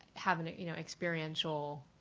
have an you know experiential